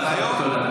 תודה, השר.